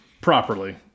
properly